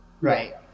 Right